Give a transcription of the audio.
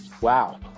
Wow